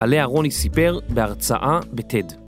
עליה רוני סיפר בהרצאה בטד.